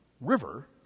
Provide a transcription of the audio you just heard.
river